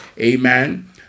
Amen